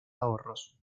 ahorros